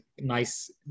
nice